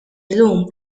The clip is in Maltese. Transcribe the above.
llum